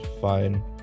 fine